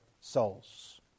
souls